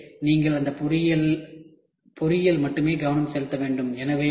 எனவே நீங்கள் அதை பொறியியல் மட்டுமே கவனம் செலுத்த வேண்டும்